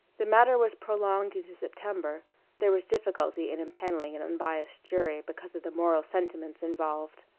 the matter was prolonged into september there was difficulty in empanelling an unbiassed jury because of the moral sentiments involved.